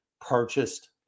purchased